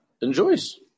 enjoys